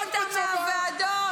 הכנסת רביבו.